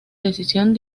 decisión